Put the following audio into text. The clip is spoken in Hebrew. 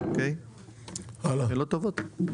שאלות טובות.